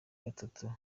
gatatu